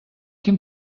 ким